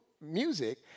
music